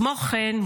כמו כן,